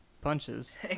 punches